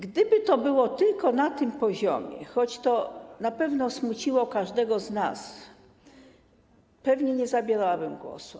Gdyby to było tylko na tym poziomie, choć to na pewno smuciło każdego z nas, pewnie nie zabierałabym głosu.